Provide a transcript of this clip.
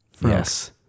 Yes